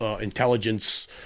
intelligence